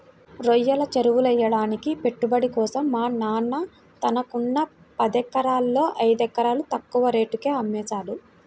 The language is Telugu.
రొయ్యల చెరువులెయ్యడానికి పెట్టుబడి కోసం మా నాన్న తనకున్న పదెకరాల్లో ఐదెకరాలు తక్కువ రేటుకే అమ్మేశారు